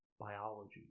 biology